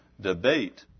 debate